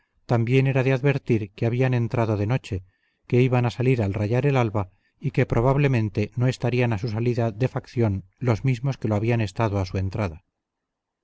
también era de advertir que habían entrado de noche que iban a salir al rayar el alba y que probablemente no estarían a su salida de facción los mismos que lo habían estado a su entrada